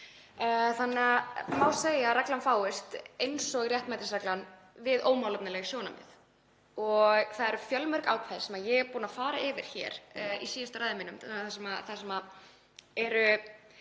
Þarna má segja að regla eins og réttmætisreglan fáist við ómálefnaleg sjónarmið. Það eru fjölmörg ákvæði sem ég er búin að fara yfir hér í síðustu ræðum mínum þar sem er